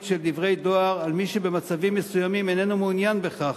של דברי דואר על מי שבמצבים מסוימים איננו מעוניין בכך,